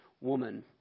woman